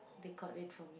they got it for me